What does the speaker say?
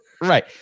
Right